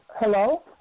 Hello